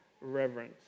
reverence